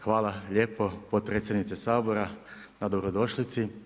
Hvala lijepo potpredsjednice Sabora na dobrodošlici.